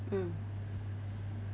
mm